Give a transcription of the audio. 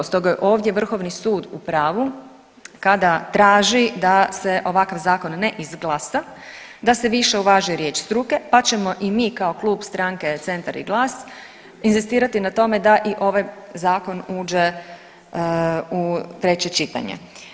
Stoga je ovdje vrhovni sud u pravu kada traži da se ovakav zakon ne izglasa, da se više uvaži riječ struke, pa ćemo i mi kao Klub stranke Centar i GLAS inzistirati na tome da i ovaj zakon uđe u treće čitanje.